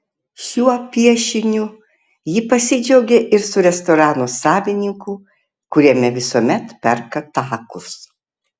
šiuo piešiniu ji pasidžiaugė ir su restorano savininku kuriame visuomet perka takus